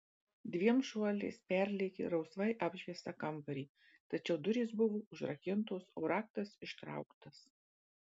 dviem šuoliais perlėkė rausvai apšviestą kambarį tačiau durys buvo užrakintos o raktas ištrauktas